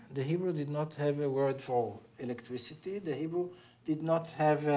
the hebrew did not have a word for electricity, the hebrew did not have